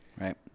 Right